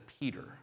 Peter